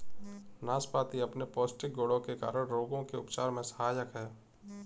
नाशपाती अपने पौष्टिक गुणों के कारण रोगों के उपचार में सहायक है